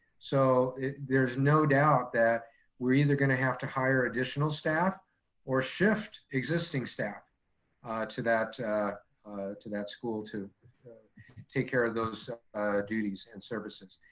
so there's no doubt that we're either gonna have to hire additional staff or shift existing staff to that to that school to take care of those duties and services.